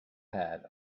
pad